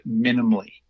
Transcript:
minimally